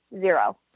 Zero